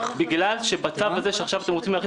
בגלל שבצו הזה שעכשיו אתם רוצים להכניס